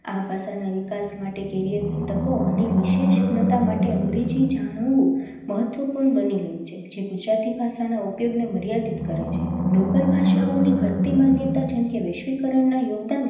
આ ભાષાના વિકાસ માટે કેરિયરની તકો અને વિશેષનતા માટે અંગ્રેજી જાણવું મહત્ત્વપૂર્ણ બની ગયું છે જે ગુજરાતી ભાષાના ઉપયોગને મર્યાદિત કરે છે લોકલ ભાષાઓની ઘટતી માન્યતા જેમ કે વૈશ્વિકરણના યોગદાનથી